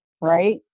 right